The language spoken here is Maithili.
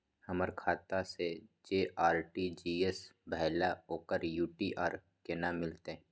हमर खाता से जे आर.टी.जी एस भेलै ओकर यू.टी.आर केना मिलतै?